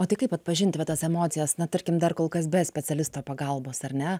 o tai kaip atpažinti va tas emocijas na tarkim dar kol kas be specialisto pagalbos ar ne